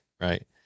right